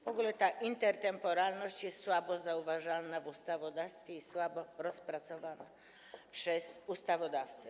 W ogóle ta intertemporalność jest słabo zauważalna w ustawodawstwie i słabo rozpracowana przez ustawodawcę.